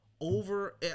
over